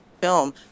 film